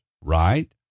right